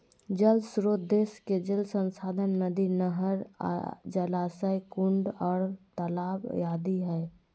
जल श्रोत देश के जल संसाधन नदी, नहर, जलाशय, कुंड आर तालाब आदि हई